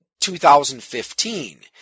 2015